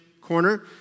corner